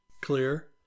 clear